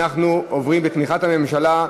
בתמיכת הממשלה.